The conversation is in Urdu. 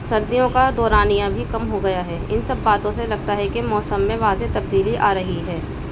سردیوں کا دورانیہ بھی کم ہو گیا ہے ان سب باتوں سے لگتا ہے کہ موسم میں واضح تبدیلی آ رہی ہے